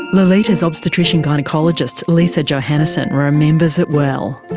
lolita's obstetrician gynaecologist liza johannesson remembers it well.